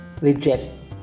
reject